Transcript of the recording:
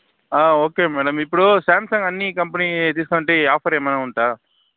okay madam ఇప్పుడు Samsung అన్ని company తీసు కుంటే ఆఫర్ ఏమైనా ఉందా